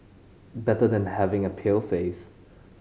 better than having a pale face